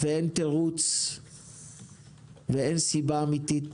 אין תירוץ ואין סיבה אמיתית